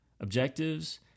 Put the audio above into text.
objectives